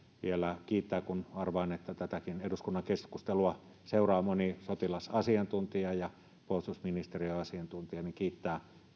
kun arvaan että tätäkin eduskunnan keskustelua seuraa moni sotilasasiantuntija ja puolustusministeriön asiantuntija vielä kiittää